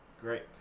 Great